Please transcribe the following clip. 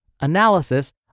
analysis